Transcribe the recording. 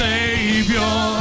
Savior